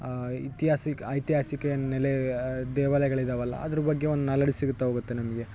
ಇತಿಹಾಸಿಕ ಐತಿಹಾಸಿಕ ನೆಲೇ ದೇವಾಲಯಗಳಿದಾವಲ್ಲ ಅದ್ರ ಬಗ್ಗೆ ಒಂದು ನಾಲಡ್ಜ್ ಸಿಗುತ್ತಾ ಹೋಗುತ್ತೆ ನಮಗೆ